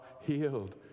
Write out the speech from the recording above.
healed